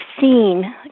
seen